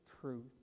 truth